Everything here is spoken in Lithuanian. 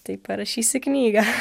tai parašysi knygą